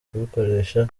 kubikoresha